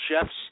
chefs